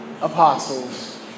apostles